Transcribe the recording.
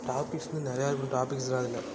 டாப்பிக்ஸும் நிறையா இருக்கும் டாப்பிக்ஸ்லாம் அதில்